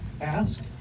ask